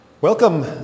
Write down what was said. Welcome